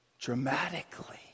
dramatically